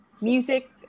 Music